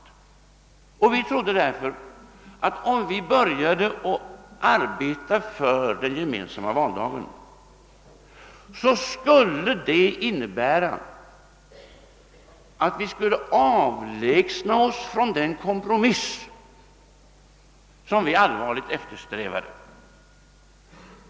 Vi trodde därför, att om vi började arbeta för den gemensamma valdagen, så skulle det in nebära att vi skulle komma att avlägsna oss från den kompromiss som vi allvarligt eftersträvade.